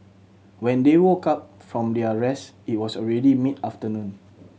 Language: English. when they woke up from their rest it was already mid afternoon